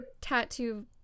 tattoo